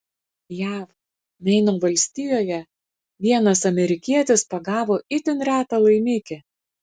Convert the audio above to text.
jav meino valstijoje vienas amerikietis pagavo itin retą laimikį